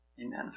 Amen